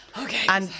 Okay